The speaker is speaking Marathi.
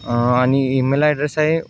आणि ईमेल ॲड्रेस आहे